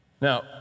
Now